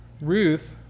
Ruth